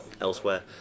elsewhere